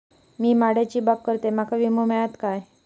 मी माडाची बाग करतंय माका विमो मिळात काय?